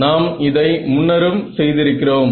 நாம் இதை முன்னரும் செய்திருக்கிறோம்